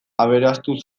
aberastu